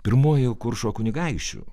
pirmuoju kuršo kunigaikščiu